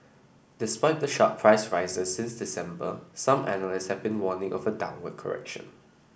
despite the sharp price rises since December some analysts have been warning of a downward correction